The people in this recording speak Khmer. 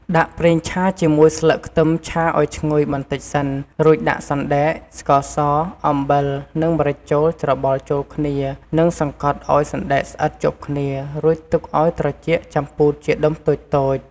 ដាក់ប្រេងឆាជាមួយស្លឹកខ្ទឹមឆាឱ្យឈ្ងុយបន្តិចសិន រួចដាក់សណ្តែក ស្ករស អំបិល និងម្រេចចូលច្របល់ចូលគ្នានិងសង្កត់ឱ្យសណ្តែកស្អិតជាប់គ្នា រួចទុកឱ្យត្រជាក់ចាំពូតជាដុំតូចៗ។